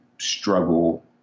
struggle